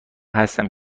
هستم